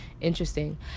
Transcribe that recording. interesting